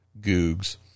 Googs